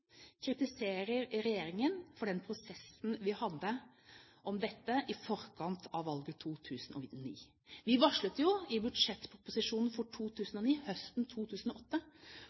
kritiserer regjeringen for den prosessen vi hadde om dette i forkant av valget i 2009. Vi varslet jo i budsjettproposisjonen for 2009 – høsten 2008